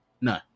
No